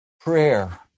Prayer